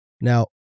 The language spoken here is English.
Now